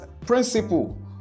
principle